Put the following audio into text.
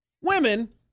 Women